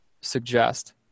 suggest